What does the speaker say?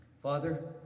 Father